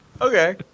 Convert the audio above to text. Okay